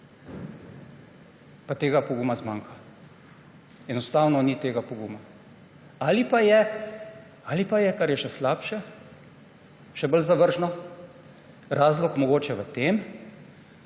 pa tega poguma zmanjka. Enostavno ni tega poguma. Ali pa je, kar je še slabše, še bolj zavržno, razlog mogoče v tem,